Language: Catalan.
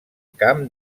camp